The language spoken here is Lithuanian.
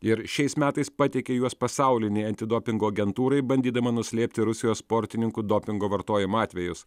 ir šiais metais pateikė juos pasaulinei antidopingo agentūrai bandydama nuslėpti rusijos sportininkų dopingo vartojimo atvejus